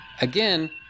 again